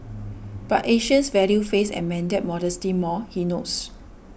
but Asians value face and mandate modesty more he notes